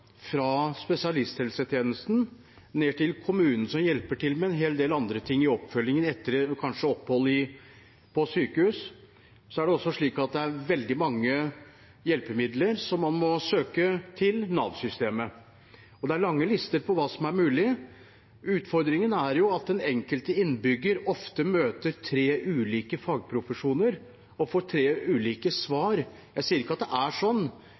fra spesialisthelsetjenesten ned til kommunen som hjelper til med en hel del andre ting i oppfølgingen etter f.eks. et opphold på sykehus – er veldig mange hjelpemidler man må søke om i Nav-systemet. Det er lange lister over hva som er mulig, og utfordringen er at den enkelte innbygger ofte møter tre ulike fagprofesjoner og får tre ulike svar. Jeg sier ikke at det er